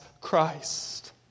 Christ